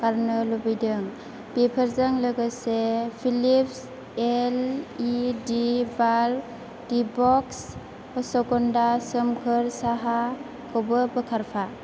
गारनो लुबैदों बेफोरजों लोगोसे पिलिप्स एलइडि बाल्ब दिबक्स असगनदा सोमखोर साहाखौबो बोखारफा